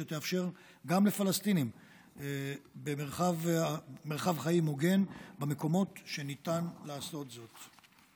שתאפשר גם לפלסטינים מרחב חיים הוגן במקומות שניתן לעשות זאת.